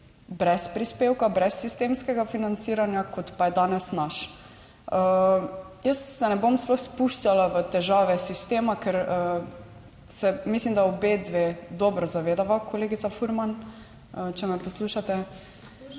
brez prispevka, brez sistemskega financiranja, kot pa je danes naš. Jaz se ne bom sploh spuščala v težave sistema, ker se, mislim, da obe dve dobro zavedava, kolegica Furman, če me poslušate.